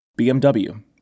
BMW